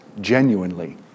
genuinely